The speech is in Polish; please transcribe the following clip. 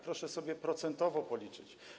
Proszę sobie procentowo policzyć.